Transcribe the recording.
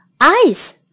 ice